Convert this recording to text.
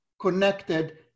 connected